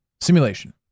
Simulation